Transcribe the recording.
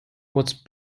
was